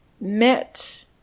met